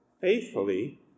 faithfully